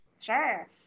Sure